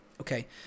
okay